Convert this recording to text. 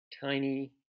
tiny